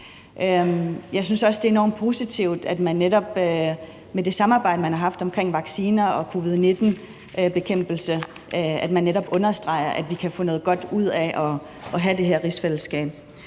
Jeg synes også, det er enormt positivt, at man netop med det samarbejde, man har haft omkring vacciner og covid-19-bekæmpelse, understregede, at vi kan få noget godt ud af at have det her rigsfællesskab.